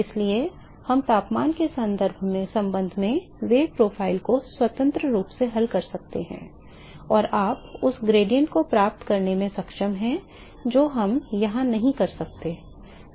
इसलिए हम तापमान के संबंध में वेग प्रोफ़ाइल को स्वतंत्र रूप से हल कर सकते हैं और आप उस ढाल को प्राप्त करने में सक्षम हैं जो हम यहां नहीं कर सकते